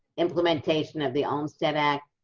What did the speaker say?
implementation of the olmstead act,